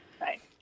Right